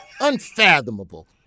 unfathomable